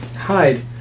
hide